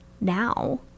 now